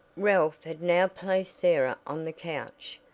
ralph had now placed sarah on the couch,